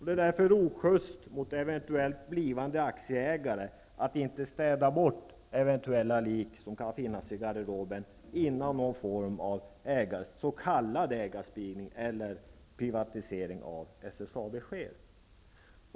Det är därför ojust mot eventuella blivande aktieägare att inte städa bort de lik som kan finnas i garderoben innan någon form av s.k. ägarspridning eller privatisering äger rum.